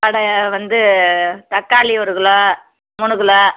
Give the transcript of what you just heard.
கடை வந்து தக்காளி ஒரு கிலோ மூணு கிலோ